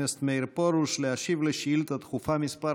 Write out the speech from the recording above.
הכנסת מאיר פרוש להשיב על שאילתה דחופה מס'